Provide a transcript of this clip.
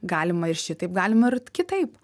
galima ir šitaip galima ir kitaip